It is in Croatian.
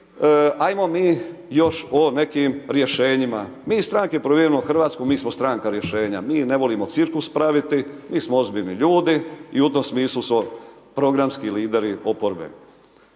ajmo mi još o nekim rješenjima. Mi iz stranke Promijenimo Hrvatsku, mi smo strana rješenja, mi ne volimo cirkus praviti, mi smo ozbiljni ljudi i u tom smislu smo programski lideri oporbe.